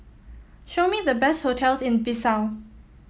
show me the best hotels in Bissau